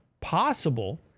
possible